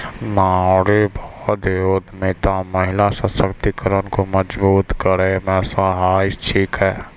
नारीवादी उद्यमिता महिला सशक्तिकरण को मजबूत करै मे सहायक छिकै